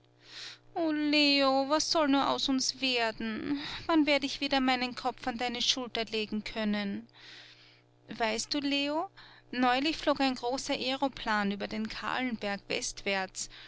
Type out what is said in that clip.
leo was soll nur aus uns werden wann werde ich wieder meinen kopf an deine schulter legen können weißt du leo neulich flog ein großer aeroplan über den kahlenberg westwärts